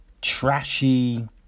trashy